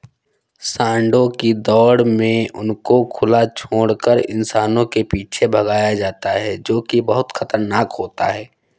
सांडों की दौड़ में उनको खुला छोड़कर इंसानों के पीछे भगाया जाता है जो की बहुत खतरनाक होता है